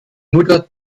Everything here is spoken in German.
mutter